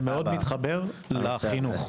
זה מאוד מתחבר לחינוך.